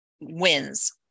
wins